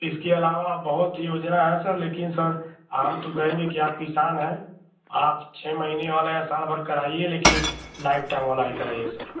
इसके अलावा बहुत योजना है सर लेकिन सर हम तो कहेंगे कि आप किसान हैं आप छह महीने वाला या साल भर कराइए लेकिन लाइफ़ टाइम वाला ही कराइए सर